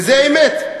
וזה אמת.